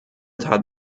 tat